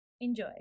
Enjoy